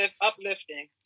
uplifting